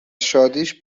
شادیش